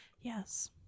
Yes